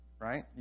Right